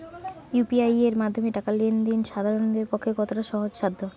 UPI এর মাধ্যমে টাকা লেন দেন সাধারনদের পক্ষে কতটা সহজসাধ্য?